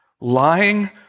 Lying